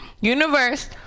Universe